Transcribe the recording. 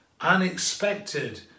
unexpected